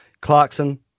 Clarkson